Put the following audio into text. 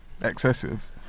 excessive